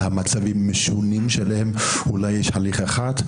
על המצבים --- אולי יש הליך אחד?